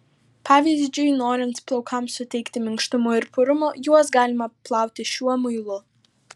pavyzdžiui norint plaukams suteikti minkštumo ir purumo juos galima plauti šiuo muilu